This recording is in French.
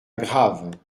grave